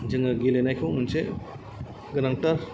जोङो गेलेनायखौ मोनसे गोनांथार